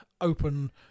open